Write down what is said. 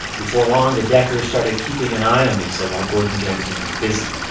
before long, the deckers started keeping an eye on lisa while gordon jensen was busy.